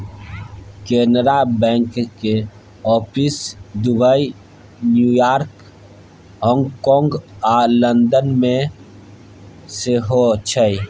कैनरा बैंकक office Dubai, New York, हाँगकाँग आ लंदन मे सेहो छै